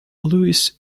louis